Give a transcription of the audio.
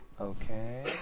Okay